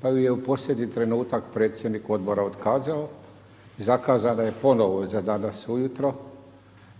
pa ju je u posljednji trenutak predsjednik odbora otkazao. Zakazana je ponovo za danas ujutro.